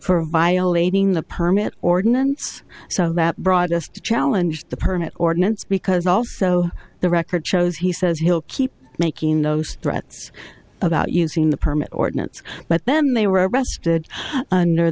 for violating the permit ordinance so that brought us to challenge the permit ordinance because also the record shows he says he'll keep making those threats about using the permit ordinance but then they were